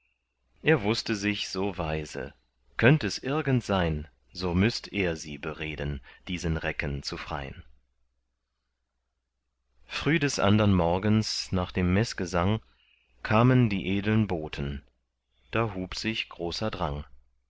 er wußte sich so weise könnt es irgend sein so müßt er sie bereden diesen recken zu frein früh des andern morgens nach dem meßgesang kamen die edeln boten da hub sich großer drang